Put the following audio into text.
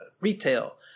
Retail